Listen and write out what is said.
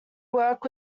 work